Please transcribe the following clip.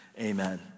amen